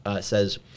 says